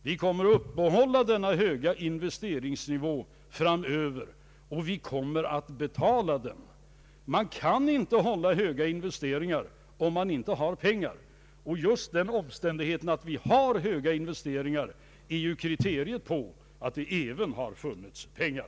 Vi kommer att upprätthålla denna höga investeringsnivå framöver, och vi kommer att betala den. Man kan inte hålla höga investeringar, om man inte har pengar. Just den omständigheten att vi har höga in vesteringar är ju ett kriterium på att det även har funnits pengar.